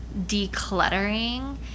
decluttering